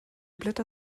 blätter